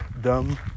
dumb